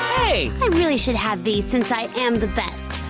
i really should have these since i am the best.